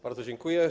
Bardzo dziękuję.